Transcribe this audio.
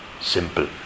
Simple